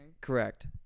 Correct